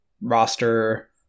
roster